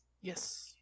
Yes